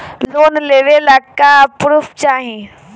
Loan लेवे ला का पुर्फ चाही?